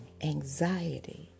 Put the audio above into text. anxiety